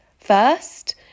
first